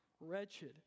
wretched